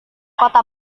kota